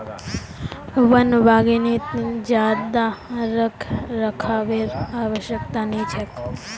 वन बागवानीत ज्यादा रखरखावेर आवश्यकता नी छेक